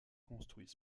construits